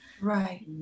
Right